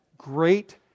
Great